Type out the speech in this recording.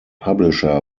publisher